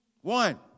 one